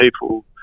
people